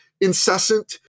incessant